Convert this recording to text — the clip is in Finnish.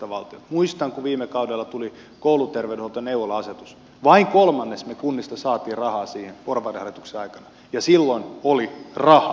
muistan kun viime kaudella tuli kouluterveydenhuolto ja neuvola asetus vain kolmanneksen me kunnista saimme rahaa siihen porvarihallituksen aikana ja silloin oli rahaa